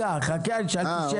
לרביזיה?